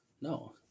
No